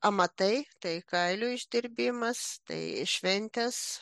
amatai tai kailių išdirbimas tai šventės